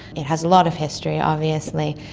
it has a lot of history, obviously.